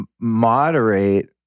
moderate